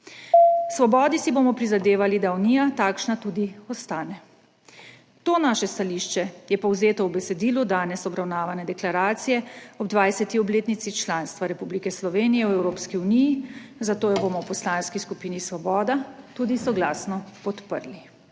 Svobodi si bomo prizadevali, da Unija takšna tudi ostane. To naše stališče je povzeto v besedilu danes obravnavane deklaracije ob 20. obletnici članstva Republike Slovenije v Evropski uniji, zato jo bomo v Poslanski skupini Svoboda tudi soglasno podprli.